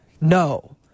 No